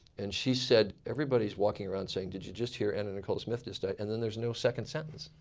and she said, everybody's walking around saying, did you just here anna nicole smith just died. and then there's no second sentence.